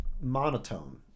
monotone